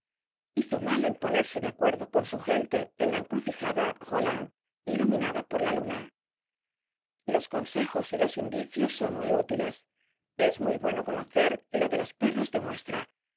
hizo mal en ponerse de acuerdo con su gente en la encrucijada rollin iluminada por la luna los consejos y los indicios son muy útiles es muy bueno conocer los de los perros